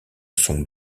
sont